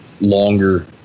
longer